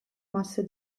მასზე